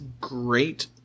great